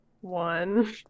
one